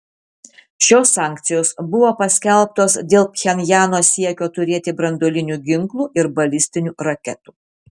šios sankcijos buvo paskelbtos dėl pchenjano siekio turėti branduolinių ginklų ir balistinių raketų